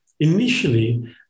Initially